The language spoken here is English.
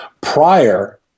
prior